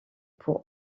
pour